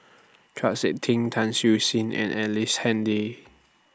Chau Sik Ting Tan Siew Sin and Ellice Handy